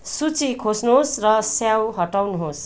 सूची खोज्नुहोस् र स्याउ हटाउनुहोस्